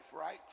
right